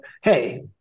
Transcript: hey